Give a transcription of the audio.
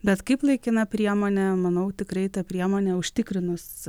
bet kaip laikina priemonė manau tikrai ta priemonė užtikrinus